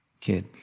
kid